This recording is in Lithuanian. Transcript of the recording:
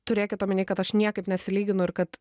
turėkit omeny kad aš niekaip nesilyginu ir kad